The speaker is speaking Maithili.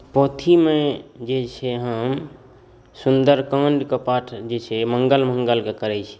पोथीमे जे छै हम सुन्दर काण्डक पाठ जे छै हम मङ्गल मङ्गलकेँ करैत छी